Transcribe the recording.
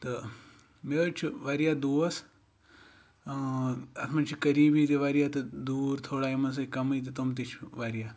تہٕ مےٚ حظ چھِ واریاہ دوس اَتھ منٛز چھِ قریٖبی تہِ واریاہ تہٕ دوٗر تھوڑا یِمَن سۭتۍ کَمٕے تہٕ تِم تہِ چھِ واریاہ